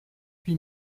huit